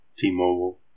T-Mobile